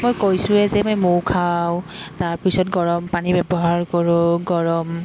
মই কৈছোঁৱে যে মই মৌ খাওঁ তাৰপিছত গৰম পানী ব্যৱহাৰ কৰোঁ গৰম